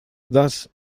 thus